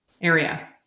area